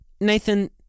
Nathan